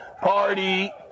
party